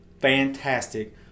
fantastic